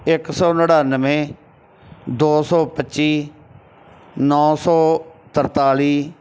ਇੱਕ ਸੌ ਨੜ੍ਹਿਨਵੇਂ ਦੋ ਸੌ ਪੱਚੀ ਨੌਂ ਸੌ ਤਰਤਾਲੀ